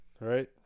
right